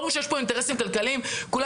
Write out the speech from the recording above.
ברור שיש פה אינטרסים כלכליים גדולים